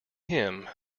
him